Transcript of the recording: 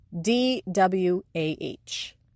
D-W-A-H